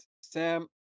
Sam